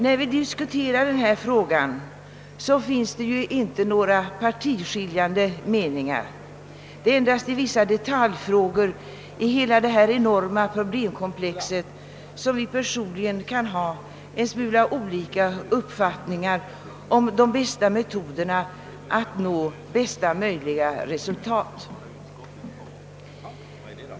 När vi diskuterar denna fråga finns det inte några partiskiljande meningar. Det är endast när det gäller detaljfrågor i hela detta enorma problemkomplex som vi kan ha en smula olika personliga uppfattningar om metoderna att nå bästa möjliga resultat.